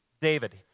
David